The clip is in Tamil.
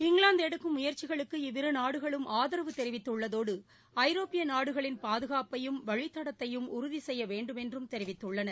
இங்கிலாந்து எடுக்கும் முயற்சிகளுக்கு இவ்விரு நாடுகளும் ஆதரவு தெரிவித்துள்ளதோடு ஐரோப்பிய நாடுகளின் பாதுகாப்பையும் வழித்தடத்தையும் உறுதி செய்ய வேண்டும் என்று தெரிவித்துள்ளனர்